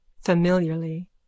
Familiarly